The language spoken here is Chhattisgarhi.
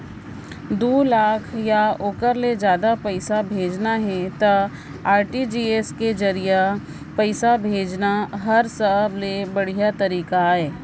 दू लाख या ओकर ले जादा पइसा भेजना हे त आर.टी.जी.एस के जरिए पइसा भेजना हर सबले बड़िहा तरीका अय